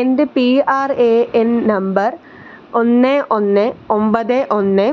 എൻ്റെ P R A N number ഒന്ന് ഒന്ന് ഒമ്പത് ഒന്ന്